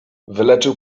wyleczył